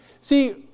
See